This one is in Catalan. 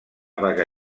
vaga